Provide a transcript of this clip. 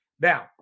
Now